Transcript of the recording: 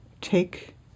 Take